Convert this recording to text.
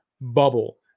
bubble